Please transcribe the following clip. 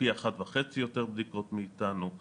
פי אחד וחצי יותר בדיקות מאיתנו.